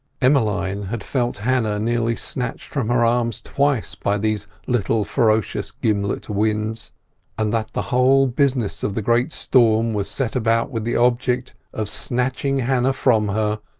emmeline had felt hannah nearly snatched from her arms twice by these little ferocious gimlet winds and that the whole business of the great storm was set about with the object of snatching hannah from her,